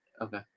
Okay